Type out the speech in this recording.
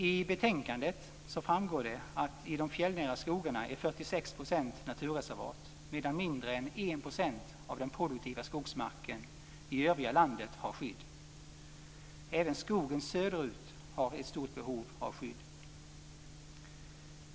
I betänkandet framgår det att i de fjällnära skogarna är 46 % naturreservat, medan mindre än 1 % av den produktiva skogsmarken i övriga landet har skydd. Även skogen söderut har ett stort behov av skydd.